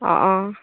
অ অ